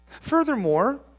Furthermore